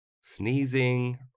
sneezing